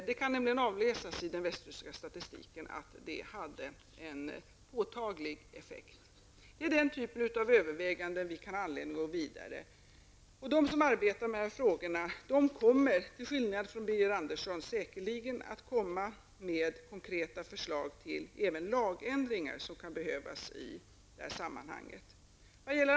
Det kan nämligen avläsas i den västtyska statistiken att det hade en påtaglig effekt. Det är i fråga om den typen av överväganden som vi har anledning att gå vidare. De som arbetar med de här frågorna kommer, till skillnad från Birger Andersson, säkerligen att lägga fram konkreta förslag även till lagändringar som kan vara nödvändiga i det här sammanhanget.